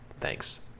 Thanks